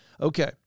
Okay